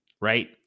right